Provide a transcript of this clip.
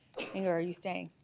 or are you saying?